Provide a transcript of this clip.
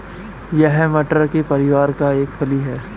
यह मटर के परिवार का एक फली है